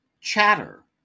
Chatter